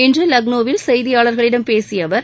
இன்று லக்னோவில் செய்தியாளர்களிடம் பேசிய அவர்